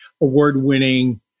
award-winning